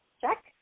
check